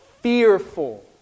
fearful